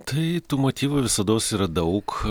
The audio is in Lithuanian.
tai tų motyvų visados yra daug